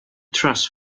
trust